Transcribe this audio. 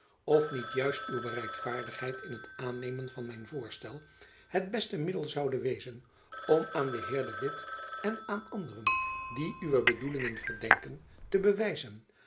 of niet juist uw bereidvaardigheid in het aannemen van mijn voorstel het beste middel zoude wezen om aan den heer de witt en aan anderen die uwe bedoelingen verdenken te bewijzen